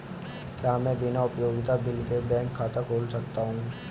क्या मैं बिना उपयोगिता बिल के बैंक खाता खोल सकता हूँ?